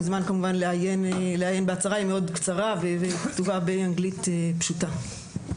כמובן מוזמן לעיין בהצהרה שהיא מאוד קצרה וכתובה באנגלית פשוטה.